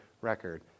record